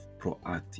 proactive